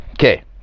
Okay